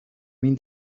mean